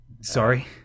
sorry